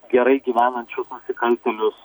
gerai gyvenančius nusikaltėlius